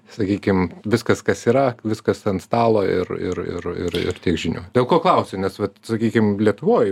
sakykim viskas kas yra viskas ant stalo ir ir ir ir tiek žinių dėl ko klausiu nes vat sakykim lietuvoj